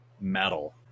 metal